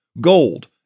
gold